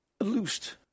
loosed